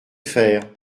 faire